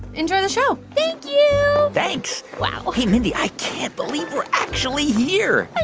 enjoy the show thank you thanks wow hey, mindy, i can't believe we're actually here